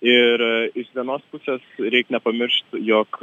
ir iš vienos pusės reik nepamiršt jog